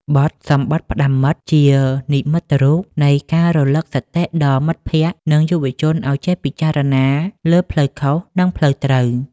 បទ សំបុត្រផ្ដាំមិត្ត ជានិមិត្តរូបនៃការរំលឹកសតិដល់មិត្តភក្តិ និងយុវជនឱ្យចេះពិចារណាលើផ្លូវខុស និងផ្លូវត្រូវ